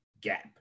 gap